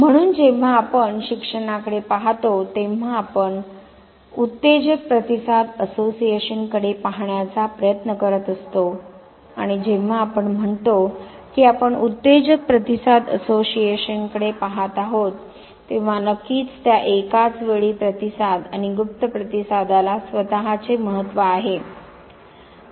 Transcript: म्हणून जेव्हा आपण शिक्षणाकडे पाहतो तेव्हा आपण उत्तेजक प्रतिसाद असोसिएशन कडे पाहण्याचा प्रयत्न करीत असतो आणि जेव्हा आपण म्हणतो की आपण उत्तेजक प्रतिसाद असोसिएशन कडे पहात आहोत तेव्हा नक्कीच त्या एकाच वेळी प्रतिसाद आणि गुप्त प्रतिसादाला स्वतःचे महत्त्व आहे